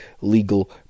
legal